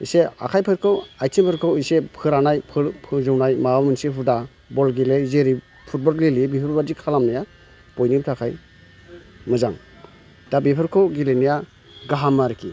इसे आखायफोरखौ आयथिंफोरखौ इसे फोरानाय फोजौनाय माबा मोनसे हुदा बल गेलेयो जेरै फुटबल गेलेयो बेफोरबायदि खालामनाया बयनिबो थाखाय मोजां दा बेफोरखौ गेलेनाया गाहाम आरोखि